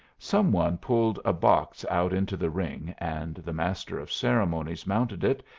some one pulled a box out into the ring and the master of ceremonies mounted it,